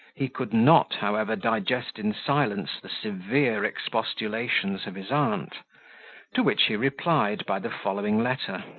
he could not, however, digest in silence the severe expostulations of his aunt to which he replied by the following letter,